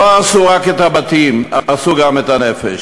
לא הרסו רק את הבתים, הרסו גם את הנפש.